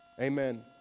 amen